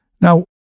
Now